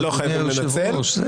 לנצל, אדוני היושב-ראש.